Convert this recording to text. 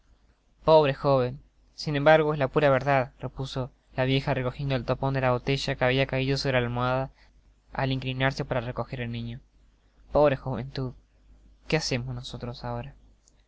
pobre joven sin embargo es la pura verdad repuso la vieja recojiendo el tapon de la botella que habia caido sobre la almohada al inclinarse para recoger el niñopobre juventud que hacemos nosotros ahora no